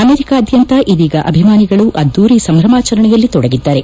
ಅಮೆರಿಕಾದ್ಯಂತ ಇದೀಗ ಅಭಿಮಾನಿಗಳು ಅದ್ದೂರಿ ಸಂಭ್ರಮಾಚರಣೆಯಲ್ಲಿ ತೊಡಗಿದ್ದಾರೆ